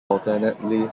alternately